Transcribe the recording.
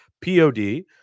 P-O-D